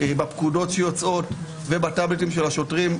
בפקודות שיוצאות ובטבלטים של השוטרים,